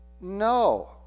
No